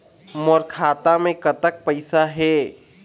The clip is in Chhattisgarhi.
मोर खाता मे कतक पैसा हे?